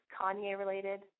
Kanye-related